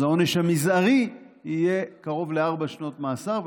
אז העונש המזערי יהיה קרוב לארבע שנות מאסר.